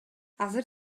азыр